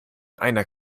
einer